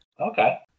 Okay